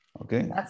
Okay